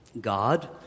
God